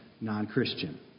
non-Christian